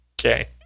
Okay